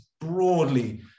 broadly